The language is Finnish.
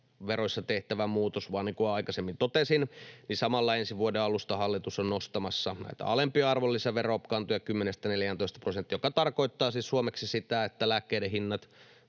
tehtävä muutos, vaan niin kuin aikaisemmin totesin, ensi vuoden alusta hallitus on samalla nostamassa näitä alempia arvonlisäverokantoja 10:stä 14 prosenttiin, mikä tarkoittaa siis suomeksi sitä, että lääkkeiden hinnat